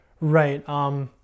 right